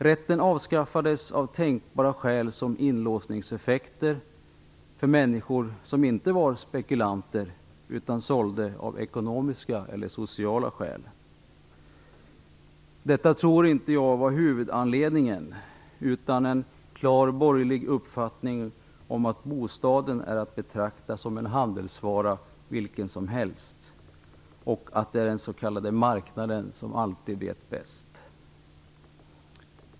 Rätten avskaffades av tänkbara skäl som inlåsningseffekter för människor som inte var spekulanter utan sålde av ekonomiska eller sociala skäl. Jag tror inte att detta var huvudanledningen. Jag tror att det fanns en klar borgerlig uppfattning om att bostaden är att betrakta som en handelsvara vilken som helst och att det är den s.k. marknaden som alltid vet bäst.